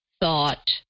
thought